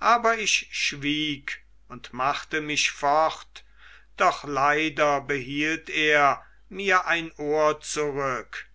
aber ich schwieg und machte mich fort doch leider behielt er mir ein ohr zurück